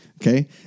Okay